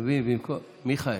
אתה מבין, מיכאל,